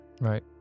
Right